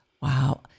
Wow